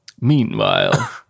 meanwhile